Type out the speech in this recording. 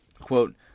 Quote